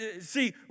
See